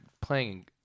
playing